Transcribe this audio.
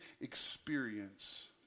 experience